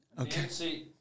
Okay